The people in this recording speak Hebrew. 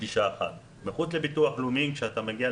כשאתה בא